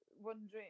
wondering